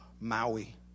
Maui